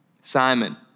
Simon